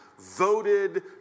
voted